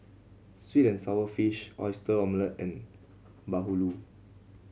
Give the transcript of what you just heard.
sweet and sour fish Oyster Omelette and bahulu